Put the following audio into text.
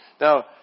Now